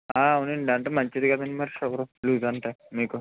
ఉంది అంటే మంచిది కదండి మరి షుగరు లూస్ అంటే మీకు